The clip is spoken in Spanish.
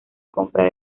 comprar